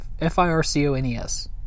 F-I-R-C-O-N-E-S